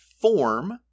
form